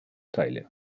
tyler